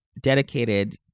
dedicated